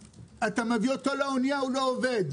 וכשאתה מביא אותו לאונייה, הוא לא עובד.